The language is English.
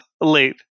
late